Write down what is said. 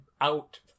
out